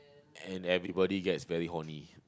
and everybody gets very horny